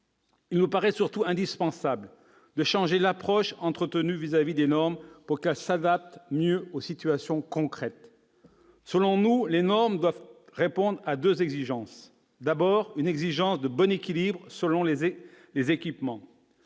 Il nous paraît surtout indispensable de changer l'approche entretenue à l'égard des normes, pour qu'elles s'adaptent mieux aux situations concrètes. Selon nous, les normes doivent répondre à deux exigences. Il s'agit tout d'abord d'une exigence de bon équilibre selon les équipements.